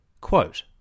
Quote